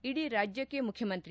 ಇಡೀ ರಾಜ್ಞಕ್ಷೆ ಮುಖ್ಯಮಂತ್ರಿ